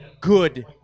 good